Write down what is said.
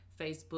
Facebook